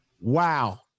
wow